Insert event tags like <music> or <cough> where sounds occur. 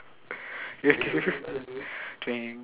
okay <laughs>